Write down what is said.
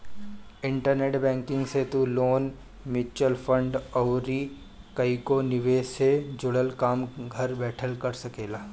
internet banking से तू loan, mutual fund अउरी कईगो निवेश से जुड़ल काम घर बैठल कर सकेला